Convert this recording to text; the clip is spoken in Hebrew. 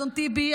אדון טיבי,